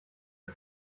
das